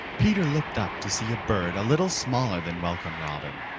peter looked up to see a bird a little smaller than welcome robin.